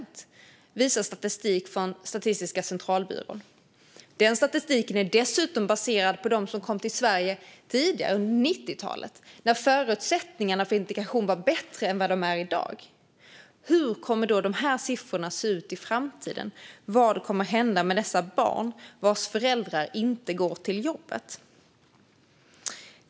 Det visar statistik från Statistiska centralbyrån. Den statistiken är dessutom baserad på dem som kom till Sverige tidigare under 90-talet när förutsättningarna för integration var bättre än vad de är i dag. Hur kommer dessa siffror att se ut i framtiden? Vad kommer att hända med dessa barn vilkas föräldrar inte går till jobbet?